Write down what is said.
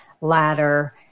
ladder